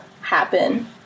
happen